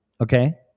okay